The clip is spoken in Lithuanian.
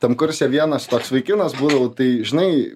tam kurse vienas toks vaikinas būdavau tai žinai